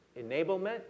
enablement